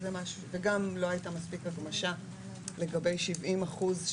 וגם לא היתה מספיק הגמשה לגבי שבעים אחוז,